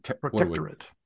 protectorate